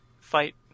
fight